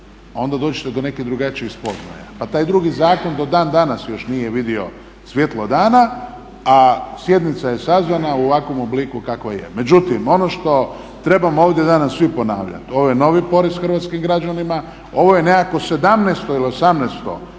onda dođete do nekih drugačijih spoznaja. Pa taj drugi zakon do dan danas još nije vidio svjetlo dana a sjednica je sazvana u ovakvom obliku kakva je. Međutim, ono što trebamo ovdje danas svi ponavljati, ovo je novi porez hrvatskim građanima, ovo je nekakvo 17. ili 18.